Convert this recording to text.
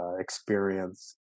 experience